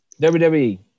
WWE